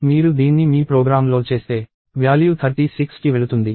మీరు దీన్ని మీ ప్రోగ్రామ్లో చేస్తే వ్యాల్యూ 36కి వెళుతుంది